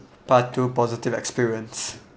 part two positive experience